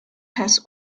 has